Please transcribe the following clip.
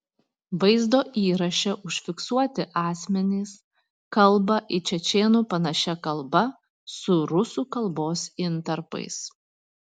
vaizdo įraše užfiksuoti asmenys kalba į čečėnų panašia kalba su rusų kalbos intarpais